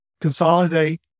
consolidate